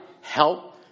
help